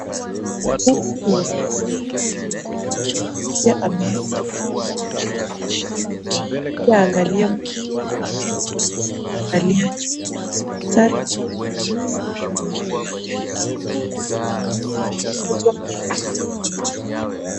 Huku ni hospitali. Muuguzi wa afya ameza kushika mashine ili aangalie mgonjwa aliyelala kuangalia juu. Daktari pia yuko akiwaangalia na kuwasaidia. Wote wameza.